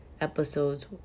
episodes